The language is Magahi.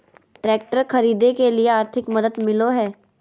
ट्रैक्टर खरीदे के लिए आर्थिक मदद मिलो है?